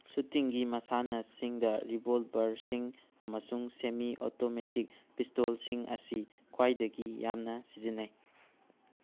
ꯁꯨꯇꯤꯡꯒꯤ ꯃꯁꯥꯟꯅꯁꯤꯡꯗ ꯔꯤꯚꯣꯜꯚꯔꯁꯤꯡ ꯑꯃꯁꯨꯡ ꯁꯦꯃꯤ ꯑꯣꯇꯣꯃꯦꯇꯤꯛ ꯄꯤꯁꯇꯣꯜꯁꯤꯡ ꯑꯁꯤ ꯈ꯭ꯋꯥꯏꯗꯒꯤ ꯌꯥꯝꯅ ꯁꯤꯖꯤꯟꯅꯩ